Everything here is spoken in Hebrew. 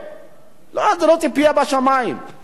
הייתי מצפה מראש הממשלה לגנות,